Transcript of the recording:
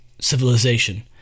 civilization